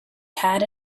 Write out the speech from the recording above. had